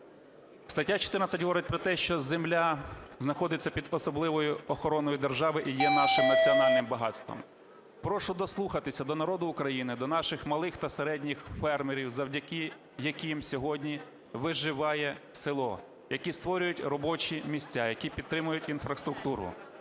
Стаття 14 говорить про те, що земля знаходиться під особливою охороною держави і є нашим національним багатством. Прошу дослухатися до народу України, до наших малих та середніх фермерів, завдяки яким сьогодні виживає село, які створюють робочі місця, які підтримують інфраструктуру.